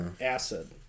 Acid